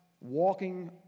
walking